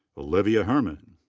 olivia herman.